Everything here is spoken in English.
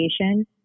education